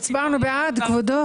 הצבענו בעד, כבודו.